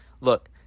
look